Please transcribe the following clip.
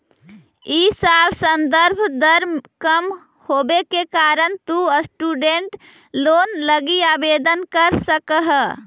इ साल संदर्भ दर कम होवे के कारण तु स्टूडेंट लोन लगी आवेदन कर सकऽ हे